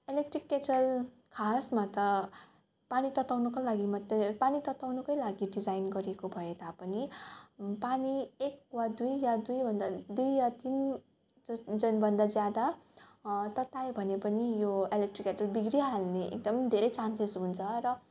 electric kettle खासमा त पानी तताउनको लागि मात्रै पानी तताउनकै लागि डिजाइन गरिएको भए तापनि पानी एक वा दुई या दुई भन्दा दुई या तिन जनभन्दा ज्यादा ततायो भने यो इलेक्ट्रिक केटल बिग्रिहाल्ने एकदमै धेरै चान्सेस हुन्छ र